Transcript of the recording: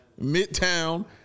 Midtown